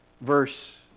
Verse